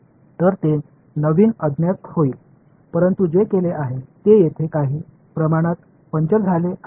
तर ते नवीन अज्ञात होतील परंतु जे केले आहे ते येथे काही प्रमाणात पंक्चर झाले आहे